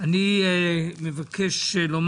המשך דיון.